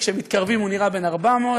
כשמתקרבים הוא נראה בן 400,